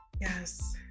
Yes